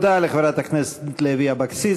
תודה לחברת הכנסת לוי אבקסיס.